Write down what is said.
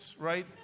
right